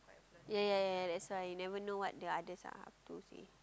ya ya ya that's why you never know what the others are up to say